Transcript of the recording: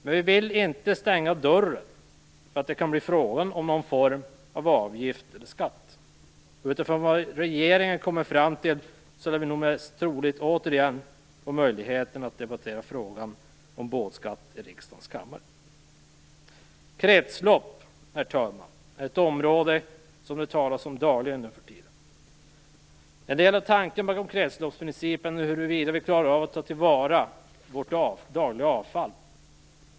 Men vi vill inte stänga dörren för någon form av avgift eller skatt. Oberoende av vad regeringen kommer fram till lär vi återigen få möjligheten att debattera frågan om båtskatt i riksdagens kammare. Kretslopp, herr talman, är ett område som det talas om dagligen nu för tiden. En del av tanken bakom kretsloppsprincipen är att vi skall klara av att ta till vara vårt dagliga avfall.